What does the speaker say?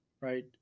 Right